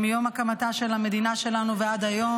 מיום הקמתה של המדינה שלנו ועד היום,